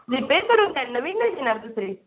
repair करून द्या नवीन नाही घेणार दुसरी